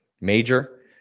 major